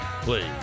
please